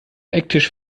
ecktisch